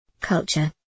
Culture